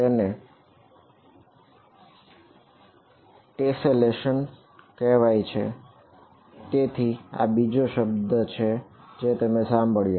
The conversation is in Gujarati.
તેથી આ બીજો શબ્દ છે જે તમે સાંભળ્યો